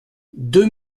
deux